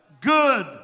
good